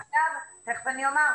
תיכף אני אומר.